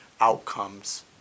outcomes